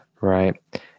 Right